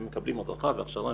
הם מקבלי הכשרה והדרכה מסודרת,